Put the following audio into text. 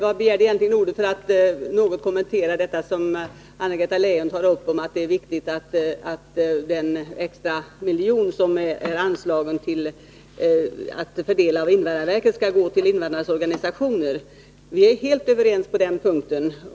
Jag begärde egentligen ordet för att något kommentera det som Anna-Greta Leijon tog upp. Det är viktigt att den extra miljon som är anslagen, att fördelas av invandrarverket, skall gå till invandrarnas egna organisationer. Vi är helt överens på den punkten.